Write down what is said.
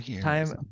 Time